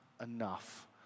enough